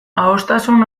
adostasun